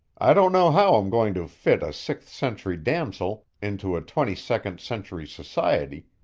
i don't know how i'm going to fit a sixth-century damosel into twenty-second century society,